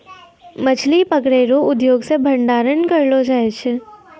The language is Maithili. मछली पकड़ै रो उद्योग से भंडारण करलो जाय छै